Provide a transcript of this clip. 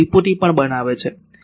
તેઓ ત્રિપુટી પણ બનાવે છે